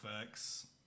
effects